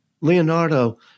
Leonardo